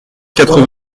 quatre